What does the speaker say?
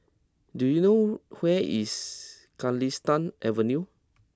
do you know where is Galistan Avenue